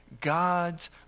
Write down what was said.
God's